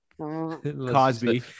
cosby